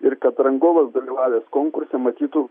ir kad rangovas dalyvavęs konkurse matytų